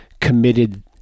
committed